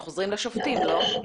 לא?